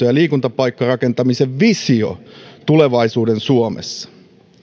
ja liikuntapaikkarakentamisen visio tulevaisuuden suomessa